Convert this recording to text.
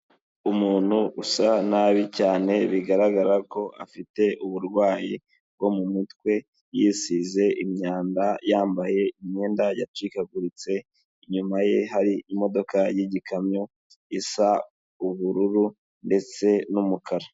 Umuntu usa nabi cyane bigaragara ko afite uburwayi bwo mu mutwe, yisize imyanda yambaye imyenda yacikaguritse, inyuma ye hari imodoka y'igikamyo isa ubururu ndetse n'umukara.